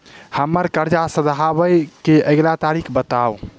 हम्मर कर्जा सधाबई केँ अगिला तारीख बताऊ?